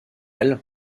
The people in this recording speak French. elles